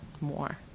more